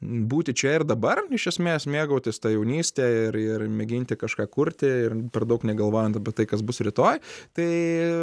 būti čia ir dabar iš esmės mėgautis ta jaunyste ir ir mėginti kažką kurti ir per daug negalvojant apie tai kas bus rytoj tai